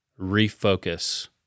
refocus